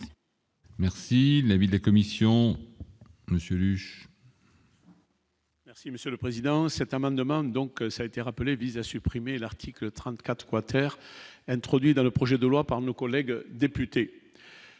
Merci l'avis de la Commission, monsieur le juge. Merci Monsieur le Président, cet amendement, donc ça été rappelé vise à supprimer l'article 34 quater introduit dans le projet de loi par nos collègues députés,